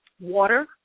water